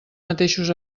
mateixos